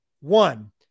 One